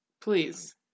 please